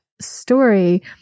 story